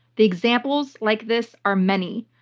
the examples like this are many.